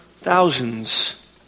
thousands